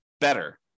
better